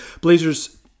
Blazers